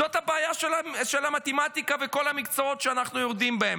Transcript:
זאת הבעיה שלנו עם המתמטיקה וכל המקצועות שאנחנו יורדים בהם.